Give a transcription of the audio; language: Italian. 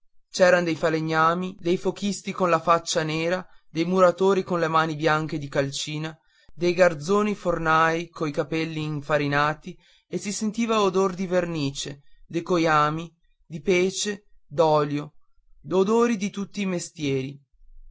c'eran dei falegnami dei fochisti con la faccia nera dei muratori con le mani bianche di calcina dei garzoni fornai coi capelli infarinati e si sentiva odor di vernice di coiami di pece d'olio odori di tutti i mestieri